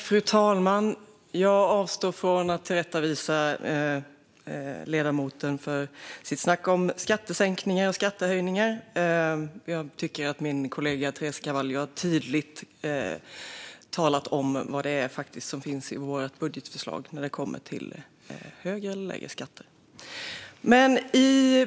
Fru talman! Jag avstår från att tillrättavisa ledamoten när det gäller hans snack om skattesänkningar och skattehöjningar. Jag tycker att min kollega Teresa Carvalho tydligt har talat om vad det är som finns i vårt budgetförslag när det gäller högre eller lägre skatter.